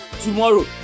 tomorrow